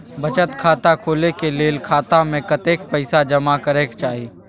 बचत खाता खोले के लेल खाता में कतेक पैसा जमा करे के चाही?